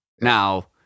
Now